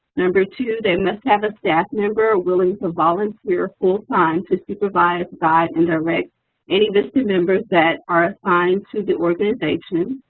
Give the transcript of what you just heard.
number two, they must have a staff member willing to volunteer full time to supervise, guide and direct any vista members that are assigned to the organization.